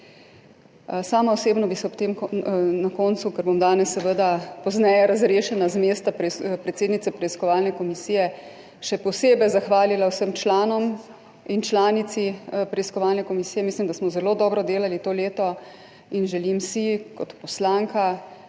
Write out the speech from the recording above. Sama osebno bi se ob tem na koncu, ker bom danes seveda pozneje razrešena z mesta predsednice preiskovalne komisije, še posebej zahvalila vsem članom in članici preiskovalne komisije. Mislim, da smo zelo dobro delali to leto, in želim si kot poslanka,